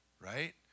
right